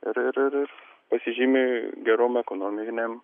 ir ir ir ir pasižymi gerom ekonominėm